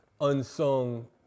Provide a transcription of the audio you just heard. unsung